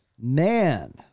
Man